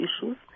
issues